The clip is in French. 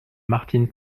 martine